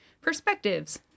perspectives